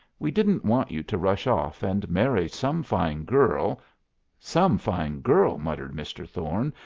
we didn't want you to rush off and marry some fine girl some fine girl! muttered mr. thorne.